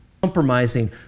Compromising